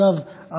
אגב,